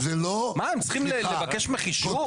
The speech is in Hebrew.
מה הם צריכים לבקש ממך אישור?